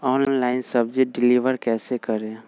Online सब्जी deliver कैसे करें?